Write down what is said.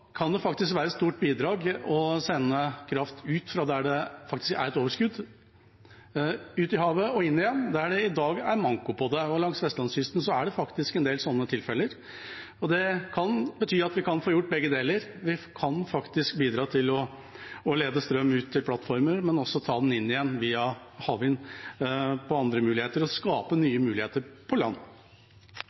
det kan faktisk være et stort bidrag å sende kraft ut fra der det faktisk er et overskudd, ut i havet og inn igjen der det i dag er manko på det, og langs vestlandskysten er det faktisk en del sånne tilfeller. Det kan bety at vi kan få gjort begge deler, vi kan faktisk bidra til å lede strøm ut til plattformer, men også ta den inn igjen via havvind og skape nye muligheter på land.